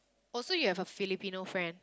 oh so you have a Filipino friend